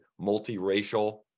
multiracial